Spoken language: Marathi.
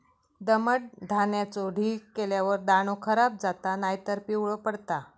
दमट धान्याचो ढीग केल्यार दाणो खराब जाता नायतर पिवळो पडता